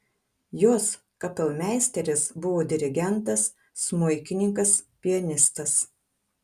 jos kapelmeisteris buvo dirigentas smuikininkas pianistas